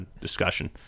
discussion